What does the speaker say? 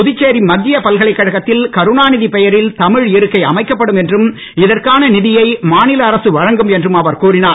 புதுச்சேரி மத்திய பல்கலைக்கழகத்தில் கருணாநிதி பெயரில் தமிழ் இருக்கை அமைக்கப்படும் என்றும் இதற்கான நிதியை மாநில அரசு வழங்கும் என்றும் அவர் கூறினார்